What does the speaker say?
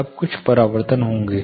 अब कुछ परावर्तन होंगे